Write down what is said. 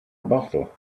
bottle